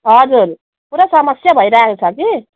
हजुर पुरा समस्या भइरहेको छ कि